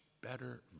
better